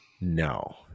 No